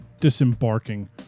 disembarking